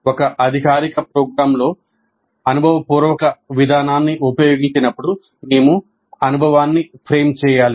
ఒక అధికారిక ప్రోగ్రామ్లో అనుభవపూర్వక విధానాన్ని ఉపయోగించినప్పుడు మేము అనుభవాన్ని ఫ్రేమ్ చేయాలి